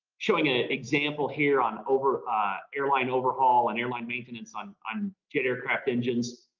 showing an example here on over airline overhaul and airline maintenance on on jet aircraft engines.